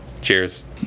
Cheers